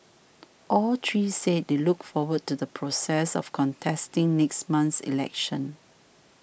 all three said they look forward to the process of contesting next month's election